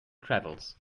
travels